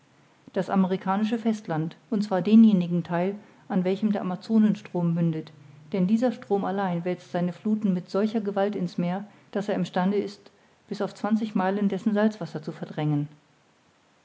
das amerikanische festland und zwar denjenigen theil an welchem der amazonenstrom mündet denn dieser strom allein wälzt seine fluthen mit solcher gewalt in's meer daß er im stande ist bis auf zwanzig meilen dessen salzwasser zu verdrängen